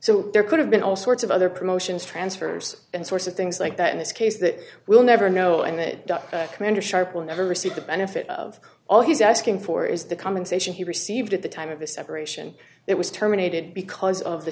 so there could have been all sorts of other promotions transfers and sorts of things like that in this case that we'll never know and that commander sharp will never receive the benefit of all he's asking for is the common station he received at the time of this operation that was terminated because of the